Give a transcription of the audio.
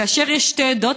כאשר יש שתי עדות,